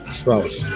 spouse